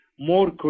more